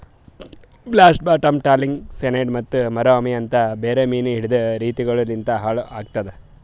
blast, bottom trawling, cyanide ಮತ್ತ ಮುರೋ ಅಮಿ ಅಂತ್ ಬೇರೆ ಮೀನು ಹಿಡೆದ್ ರೀತಿಗೊಳು ಲಿಂತ್ ಹಾಳ್ ಆತುದ್